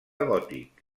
gòtic